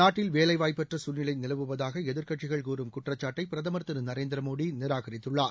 நாட்டில் வேலைவாய்ப்பற்ற சூழ்நிலை நிலவுவதாக எதிர்க்கட்சிகள் கூறும் குற்றக்காட்டை பிரதமர் திரு நரேந்திர மோடி நிராகரித்துள்ளார்